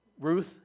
Ruth